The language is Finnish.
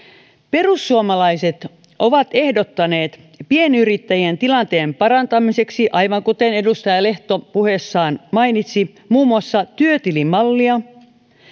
perussuomalaiset ovat ehdottaneet pienyrittäjien tilanteen parantamiseksi aivan kuten edustaja lehto puheessaan mainitsi muun muassa työtilimallia